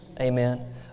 Amen